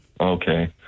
okay